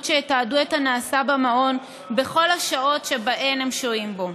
שיתעדו את הנעשה במעון בכל השעות שבהן הם שוהים בו.